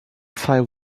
file